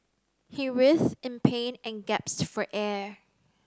he writhed in pain and gasped for air